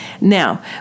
now